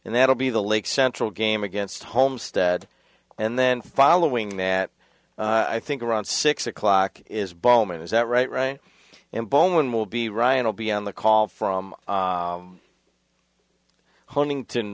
and that'll be the lake central game against homestead and then following that i think around six o'clock is boman is that right right and bowman will be ryan will be on the call from huntington